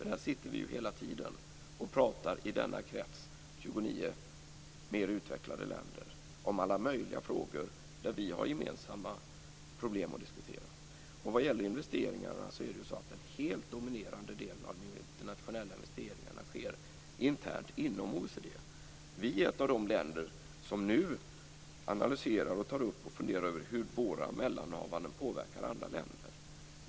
Här sitter vi ju hela tiden och pratar i denna krets, 29 mer utvecklade länder, om alla möjliga frågor där vi har gemensamma problem att diskutera. När det gäller investeringarna sker den helt dominerande delen av de internationella investeringarna internt inom OECD. Vi är ett av de länder som nu analyserar och funderar över hur våra mellanhavanden påverkar andra länder.